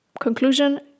Conclusion